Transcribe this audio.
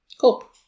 Cool